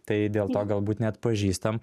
tai dėl to galbūt neatpažįstam